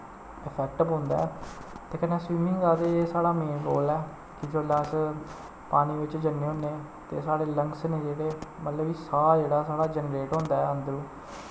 effect पौंदा ऐ ते कन्नै स्विमिंग दा ते साढ़ा मेन रोल ऐ कि जेल्लै अस पानी बिच्च जन्ने होन्ने ते साढ़े लंग्स न जेह्ड़े मतलब कि साह् जेह्ड़ा साढ़ा जनरेट होंदा ऐ अन्दरों